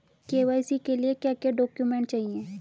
KYC के लिए क्या क्या डॉक्यूमेंट चाहिए?